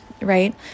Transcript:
right